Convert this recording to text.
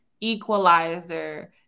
equalizer